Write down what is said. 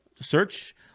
search